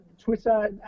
Twitter